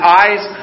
eyes